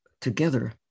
together